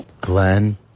Glenn